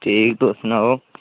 ठीक तुस सनाओ